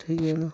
ठीक है ना